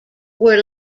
were